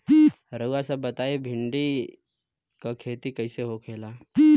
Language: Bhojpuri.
रउआ सभ बताई भिंडी क खेती कईसे होखेला?